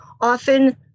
Often